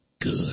good